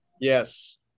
Yes